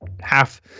half